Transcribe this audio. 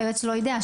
היועץ לא יודע,